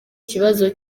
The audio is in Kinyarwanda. kibazo